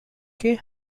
kay